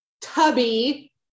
tubby